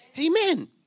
Amen